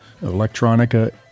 electronica